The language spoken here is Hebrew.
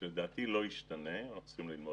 זה לא זה לא התפקיד שלי.